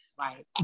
Right